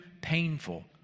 painful